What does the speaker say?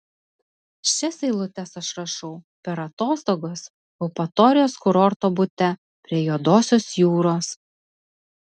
šias eilutes aš rašau per atostogas eupatorijos kurorto bute prie juodosios jūros